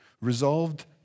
resolved